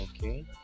Okay